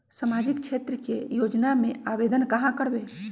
सामाजिक क्षेत्र के योजना में आवेदन कहाँ करवे?